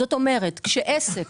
זאת אומרת, שכל עסק,